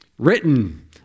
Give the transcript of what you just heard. Written